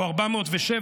או 407,